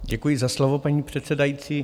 Děkuji za slovo, paní předsedající.